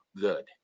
good